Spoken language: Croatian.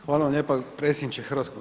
Hvala vam lijepa predsjedniče HS.